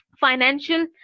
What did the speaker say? financial